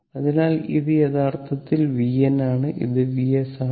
അതിനാൽ ഇത് യഥാർത്ഥത്തിൽ vn ആണ് ഇത് Vs ആണ്